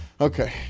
Okay